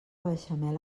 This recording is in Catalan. beixamel